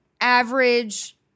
Average